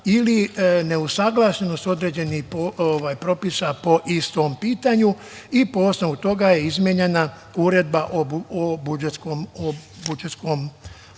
ili ne usaglašenost određenih propisa po istom pitanju i po osnovu toga je izmenjena Uredba o budžetskom